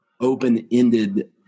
open-ended